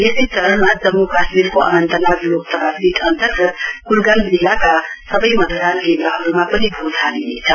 यसै चरणमा जम्मू काश्मीरको अनन्तनाग लोकसभा सीट अन्तर्गत कुलगाम जिल्लाका सबै मतदान केन्द्रहरूमा पनि भोट हालिनेछ